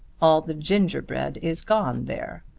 all the gingerbread is gone there.